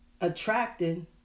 attracting